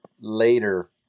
later